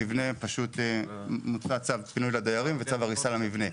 פשוט מוצא צו פינוי לדיירים וצו הריסה למבנה.